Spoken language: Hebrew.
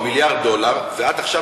ואת עכשיו,